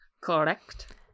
Correct